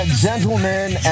gentlemen